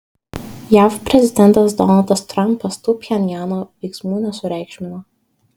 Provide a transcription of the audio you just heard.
jav prezidentas donaldas trampas tų pchenjano veiksmų nesureikšmino